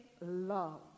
love